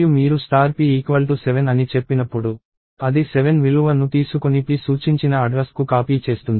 కాబట్టి ఇది గుర్తు మరియు మీరు p 7 అని చెప్పినప్పుడు అది 7 విలువ ను తీసుకొని p సూచించిన అడ్రస్ కు కాపీ చేస్తుంది